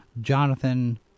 Jonathan